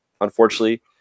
unfortunately